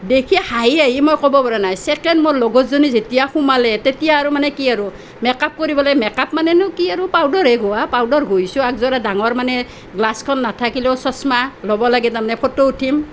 দেখি হাঁহি হাঁহি মই ক'ব পৰা নাই ছেকেণ্ড মোৰ লগৰজনী যেতিয়া সোমালে তেতিয়া আৰু মানে কি আৰু মেক আপ কৰিবলৈ মেক আপ মানেনো কি আৰু পাউডাৰহে ঘঁহা পাউডাৰ ঘঁহিছো এক যোৰা ডাঙৰ মানে গ্লাছখন নাথাকিলেও চশমা ল'ব লাগে তাৰ মানে ফটো উঠিম